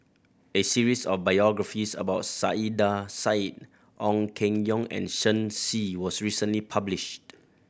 a series of biographies about Saiedah Said Ong Keng Yong and Shen Xi was recently published